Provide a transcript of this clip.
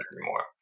anymore